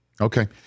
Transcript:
Okay